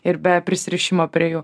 ir be prisirišimo prie jų